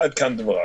עד כאן דברייך.